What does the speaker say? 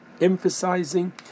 emphasizing